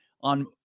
on